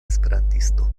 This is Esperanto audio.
esperantisto